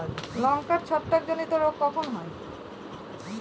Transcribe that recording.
লঙ্কায় ছত্রাক জনিত রোগ কখন হয়?